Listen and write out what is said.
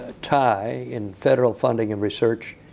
ah tie, in federal funding and research,